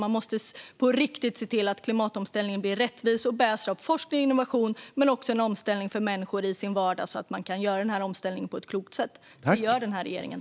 Man måste på riktigt se till att klimatomställningen blir rättvis och bärs av såväl forskning och innovation som en omställning av människor i deras vardag. Det handlar om att göra den här omställningen på ett klokt sätt, och det gör den här regeringen.